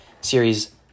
series